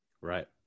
right